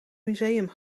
museum